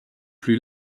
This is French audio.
plus